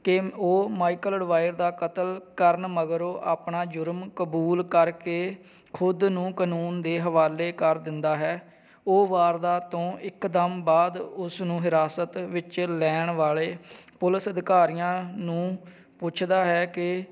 ਕਿ ਉਹ ਮਾਈਕਲ ਐਡਵਾਈਡ ਦਾ ਕਤਲ ਕਰਨ ਮਗਰੋਂ ਆਪਣਾ ਜੁਰਮ ਕਬੂਲ ਕਰਕੇ ਖੁਦ ਨੂੰ ਕਾਨੂੰਨ ਦੇ ਹਵਾਲੇ ਕਰ ਦਿੰਦਾ ਹੈ ਉਹ ਵਾਰਦਾਤ ਤੋਂ ਇੱਕਦਮ ਬਾਅਦ ਉਸ ਨੂੰ ਹਿਰਾਸਤ ਵਿੱਚ ਲੈਣ ਵਾਲੇ ਪੁਲਿਸ ਅਧਿਕਾਰੀਆਂ ਨੂੰ ਪੁੱਛਦਾ ਹੈ ਕਿ